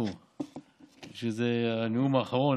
שזה הנאום האחרון,